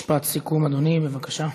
משפט סיכום, אדוני, בבקשה.